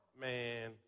man